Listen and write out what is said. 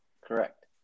Correct